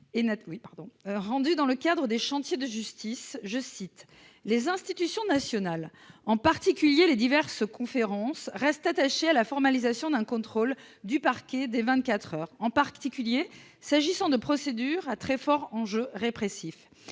rendu dans le cadre des chantiers de la justice :« les institutions nationales, en particulier les diverses Conférences, restent attachées à la formalisation d'un contrôle du parquet dès 24 heures, en particulier s'agissant de procédures à très fort enjeu répressif.